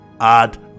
Add